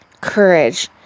courage